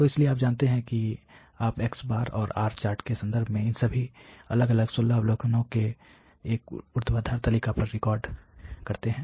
तो इसलिए आप जानते हैं कि आप x और R चार्ट के संदर्भ में इन सभी अलग अलग 16 अवलोकन को एक ऊर्ध्वाधर तालिका पर रिकॉर्ड करते हैं